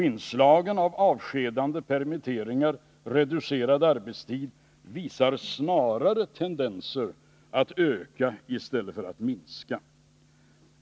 Inslagen av avskedanden och permitteringar samt reducerad arbetstid visar snarare tendenser att öka i stället för att minska.